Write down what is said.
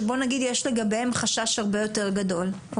שבואו נגיד שיש לגביהם חשש הרבה יותר גבוה.